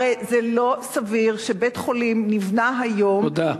הרי זה לא סביר שבית-חולים נבנה היום, תודה.